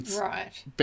Right